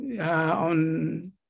on